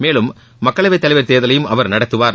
மேலும் மக்களவைத் தலைவர் தேர்தலையும் அவர் நடத்துவார்